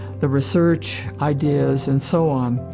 the research ideas, and so on,